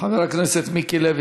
חבר הכנסת מיקי לוי